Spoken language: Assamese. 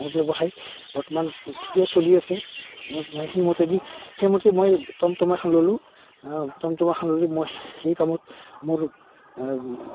মোৰ ব্যৱসায় বৰ্তমান ঠিকে চলি আছে মই সেইমতেদি সেইমতে মই টমটম এখন ল'লোঁ টমটম এখন ল'লোঁ মই সেই কামত মোৰ